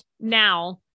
now